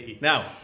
Now